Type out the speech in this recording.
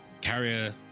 carrier